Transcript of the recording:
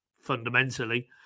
fundamentally